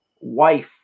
wife